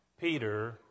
Peter